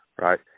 right